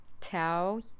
tell